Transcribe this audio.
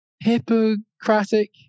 Hippocratic